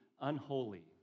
unholy